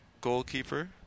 goalkeeper